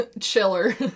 chiller